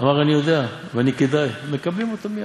אמר: אני יודע ואני כדאי מקבלים אותם מייד.